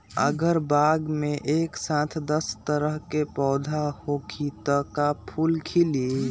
अगर बाग मे एक साथ दस तरह के पौधा होखि त का फुल खिली?